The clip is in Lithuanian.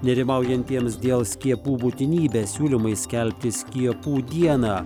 nerimaujantiems dėl skiepų būtinybės siūlymai skelbti skiepų dieną